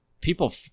people